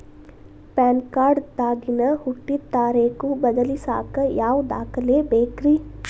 PAN card ದಾಗಿನ ಹುಟ್ಟಿದ ತಾರೇಖು ಬದಲಿಸಾಕ್ ಯಾವ ದಾಖಲೆ ಬೇಕ್ರಿ?